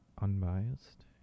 unbiased